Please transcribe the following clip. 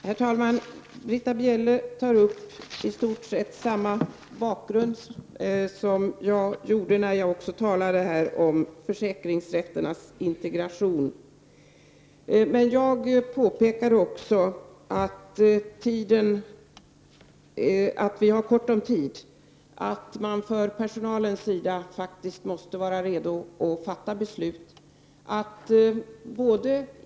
Herr talman! Britta Bjelle beskriver i stort sett samma bakgrund som jag gjorde i mitt anförande när jag talade om försäkringsrätternas integration. Jag påpekade också att vi inte har så mycket tid och att vi med tanke på personalen måste vara redo att fatta beslut.